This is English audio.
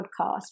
podcast